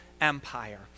empire